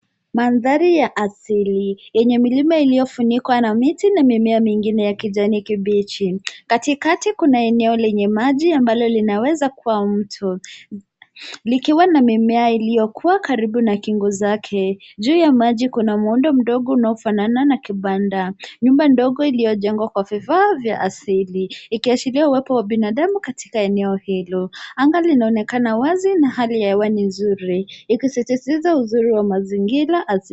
Mandhari ya asili yenye milima iliyofunikwa na miti na mimea mingine ya kijani kibichi. Katikati kuna eneo lenye maji amablo linaweza kuwa mto likiwa na mimea iliyokua karibu na kingo zake. Juu ya maji kuna muundo mdogo unaofanana na kibanda. Nyumba ndogo iliyojengwa kwa vifaa vya asili ikiashiria uwepo wa binadamu katika eneo hilo. Anga linaonekana wazi na hali ya hewa ni nzuri ikisisitiza uzuri wa mazingira asili.